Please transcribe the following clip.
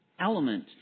element